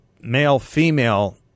male-female